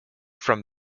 from